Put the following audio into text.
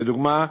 לדוגמה,